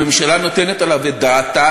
הממשלה נותנת עליו את דעתה.